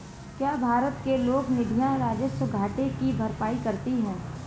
क्या भारत के लोक निधियां राजस्व घाटे की भरपाई करती हैं?